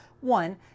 One